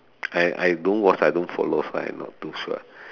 I I don't watch I don't follow so I not too sure